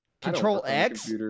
Control-X